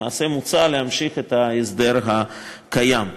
למעשה מוצע להמשיך את ההסדר הקיים.